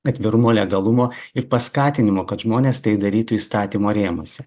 atvirumo legalumo ir paskatinimo kad žmonės tai darytų įstatymo rėmuose